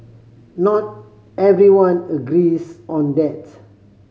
not everyone agrees on that